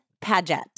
Paget